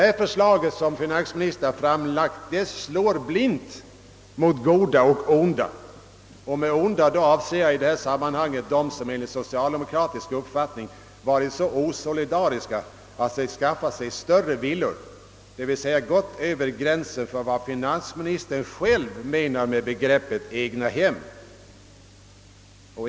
Det förslag som finansministern har framlagt slår blint mot goda och onda. Och med »onda» avser jag då dem som enligt socialdemokratisk uppfattning varit så osolidariska att de skaffat sig större villor, d. v. s. gått över gränsen för vad finansministern själv menar med begreppet egnahem.